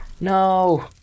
No